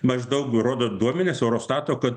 maždaug rodo duomenys eurostato kad